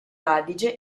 adige